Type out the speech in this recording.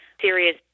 serious